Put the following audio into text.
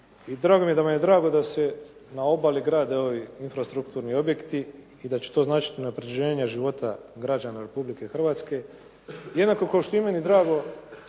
I drago mi je da vam je drago da se na obali grade ovi infrastrukturni objekti i da će to značiti unaprjeđenje građana života građana Republike Hrvatske jednako kao što je i meni drago